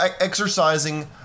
exercising